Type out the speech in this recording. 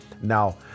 now